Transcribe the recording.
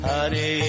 Hare